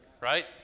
Right